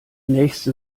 nächste